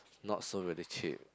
not so really cheap